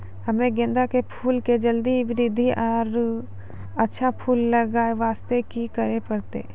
हम्मे गेंदा के फूल के जल्दी बृद्धि आरु अच्छा फूल लगय वास्ते की करे परतै?